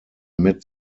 mid